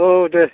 औ दे